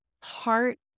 heart